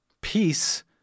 Peace